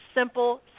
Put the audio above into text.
simple